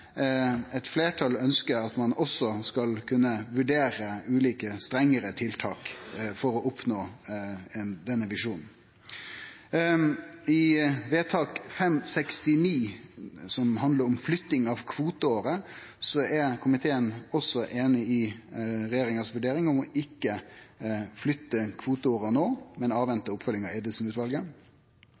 eit fleirtal ønskjer at ein også skal kunne vurdere ulike strengare tiltak for å oppnå denne visjonen. Når det gjeld vedtak nr. 569 for 2015–2016, som handlar om flytting av kvoteåret, er komiteen også einig i regjeringa si vurdering om ikkje å flytte kvoteåret no, men vente på oppfølging